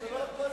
בבקשה.